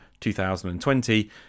2020